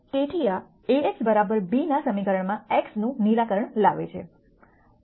તેથી આ A x b ના સમીકરણમાં x નું નિરાકરણ લાવે છે